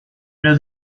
know